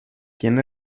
quien